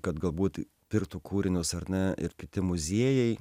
kad galbūt pirktų kūrinius ar ne ir kiti muziejai